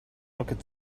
rocket